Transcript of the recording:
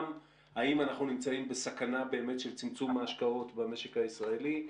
גם אם אנחנו נמצאים בסכנה באמת של צמצום ההשקעות במשק הישראלי.